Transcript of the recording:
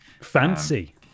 Fancy